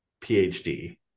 phd